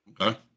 okay